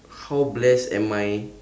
how blessed am I